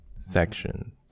Section